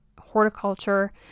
Horticulture